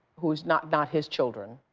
who's not not his children,